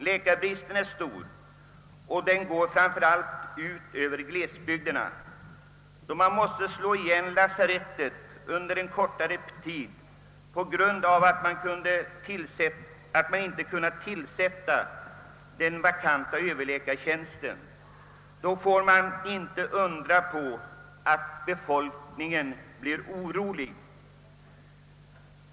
Läkarbristen är stor och den drabbar framför allt glesbygderna. Då man måste slå igen lasarettet under en kortare tid på grund av att man inte kunnat tillsätta den vakanta överläkartjänsten, är det inte att undra på att befolkningen blir orolig.